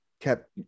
kept